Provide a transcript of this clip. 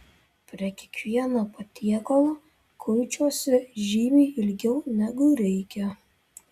prie kiekvieno patiekalo kuičiuosi žymiai ilgiau negu reikia